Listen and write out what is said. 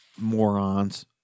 Morons